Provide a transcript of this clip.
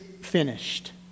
finished